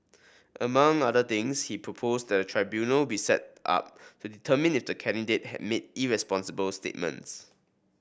among other things he proposed that tribunal be set up determine if the candidate has made irresponsible statements